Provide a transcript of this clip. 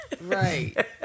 Right